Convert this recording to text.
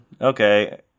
Okay